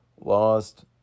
lost